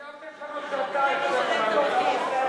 ישבתם שם שנתיים, לשלם את המחיר.